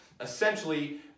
essentially